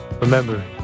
Remember